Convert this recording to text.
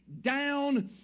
down